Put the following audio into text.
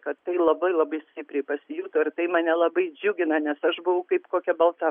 kad tai labai labai stipriai pasijuto ir tai mane labai džiugina nes aš buvau kaip kokia balta